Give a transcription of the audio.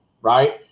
right